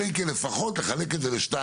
אלא אם כן לפחות לחלק את זה לשתיים,